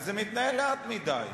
זה מתנהל לאט מדי.